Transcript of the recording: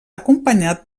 acompanyat